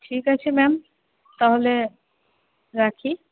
ঠিক আছে ম্যাম তাহলে রাখি